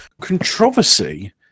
controversy